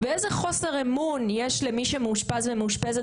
ואיזה חוסר אמון יש למי שמאושפז ומאושפזת